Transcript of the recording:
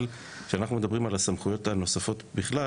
אבל כשאנחנו מדברים על הסמכויות הנוספות בכלל